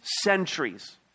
centuries